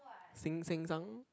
sink sank sunk